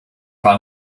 gar